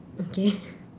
okay